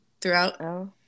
throughout